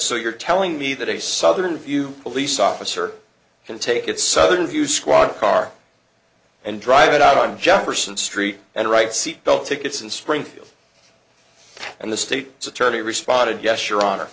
so you're telling me that a southern view police officer can take it sudden view squad car and drive it out on jefferson street and right seat belt tickets in springfield and the state's attorney responded yes your honor